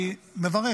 אני מברך